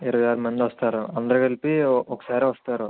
ఇరవై ఆరు మంది వస్తారు అందరు కలిపి ఒకసారే వస్తారు